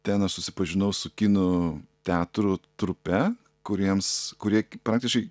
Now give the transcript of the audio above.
ten aš susipažinau su kinų teatrų trupe kuriems kurie praktiškai